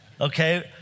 Okay